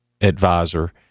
advisor